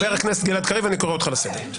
חבר הכנסת גלעד קריב, אני קורא אותך לסדר.